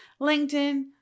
LinkedIn